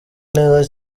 neza